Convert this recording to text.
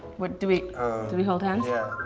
what do we do we hold hands yeah